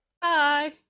Bye